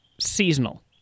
seasonal